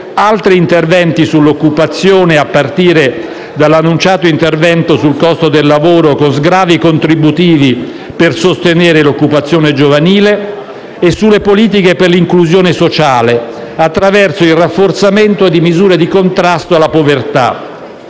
altri interventi sull'occupazione, a partire dall'annunciato intervento sul costo del lavoro con sgravi contributivi per sostenere l'occupazione giovanile, e nelle politiche per l'inclusione sociale, attraverso il rafforzamento di misure di contrasto alla povertà.